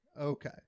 Okay